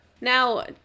Now